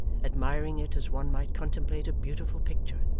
admiring it as one might contemplate a beautiful picture,